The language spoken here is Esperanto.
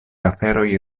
aferoj